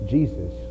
Jesus